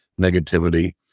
negativity